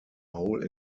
hole